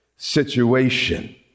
situation